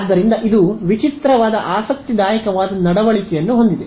ಆದ್ದರಿಂದ ಇದು ವಿಚಿತ್ರವಾದ ಆಸಕ್ತಿದಾಯಕವಾದ ನಡವಳಿಕೆಯನ್ನು ಹೊಂದಿದೆ